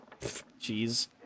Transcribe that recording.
Jeez